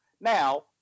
Now